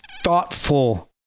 thoughtful